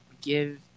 give